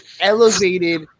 elevated